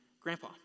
grandpa